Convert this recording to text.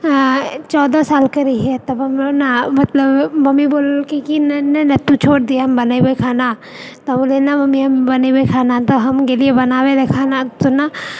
चौदह सालके रहियै तब हमे ने मतलब मम्मी बोललकै कि नहि नहि तू छोड़ दही हम बनेबै खाना तऽ बोललियै नहि मम्मी हम बनेबै खाना तऽ हम गेलियै बनाबै लऽ खाना पीना